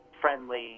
friendly